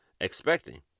expecting